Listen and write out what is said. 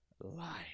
life